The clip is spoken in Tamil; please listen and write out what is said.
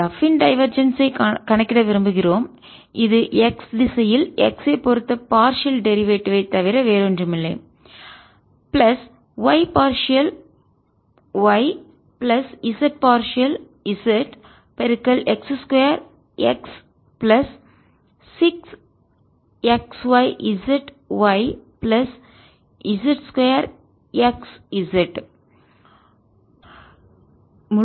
எஃப் இன் டைவர்ஜன்ஸ் கணக்கிட விரும்புகிறோம் இது எக்ஸ் திசையில் x ஐப் பொறுத்த பார்சியல் டெரிவேட்டிவ் பகுதியளவு தவிர வேறொன்றுமில்லை பிளஸ் y பார்சியல் பகுதி yபிளஸ் z பார்சியல் பகுதி z பெருக்கல் x 2 x plus 6 xyzy plus z 2 xz